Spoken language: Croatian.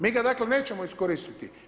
Mi ga dakle nećemo iskoristiti.